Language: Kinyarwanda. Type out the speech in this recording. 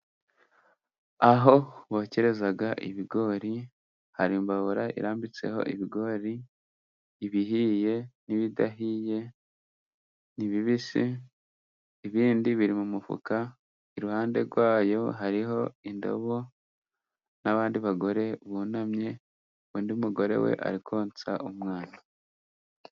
Aho bokerereza ibigori, hari imbabura irambitseho ibigori, ibihiye n'ibidahiye n'ibibisi, ibindi biri mu mufuka, liruhande rwayo hariho indobo n'abandi bagore bunamye, undi mugore we ari konsa umwana.